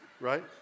Right